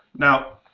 now,